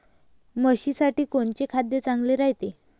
म्हशीसाठी कोनचे खाद्य चांगलं रायते?